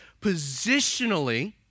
positionally